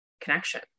connection